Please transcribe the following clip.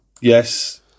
yes